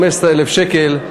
15,000 שקל,